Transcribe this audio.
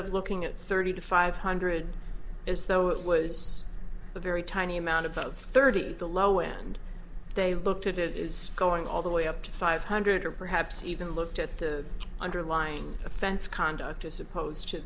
of looking at thirty to five hundred as though it was a very tiny amount about thirty at the low end they looked at it is going all the way up to five hundred or perhaps even looked at the underlying offense conduct as opposed to